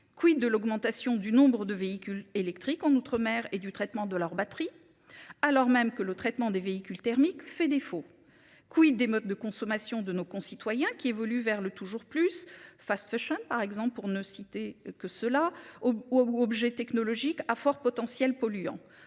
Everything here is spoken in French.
Quid de l'augmentation du nombre de véhicules électriques en outre-mer et du traitement de leur batterie. Alors même que le traitement des véhicules thermiques fait défaut. Quid des modes de consommation de nos concitoyens qui évolue vers le toujours plus face choc par exemple pour ne citer que ceux-là au ou objet technologique à fort potentiel polluant